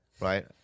right